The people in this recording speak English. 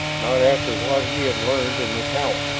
not after what he had learned in the tower.